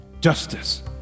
justice